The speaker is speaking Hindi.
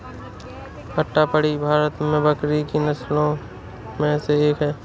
अट्टापडी भारत में बकरी की नस्लों में से एक है